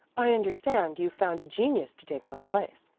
i understand you've found a genius to take my place.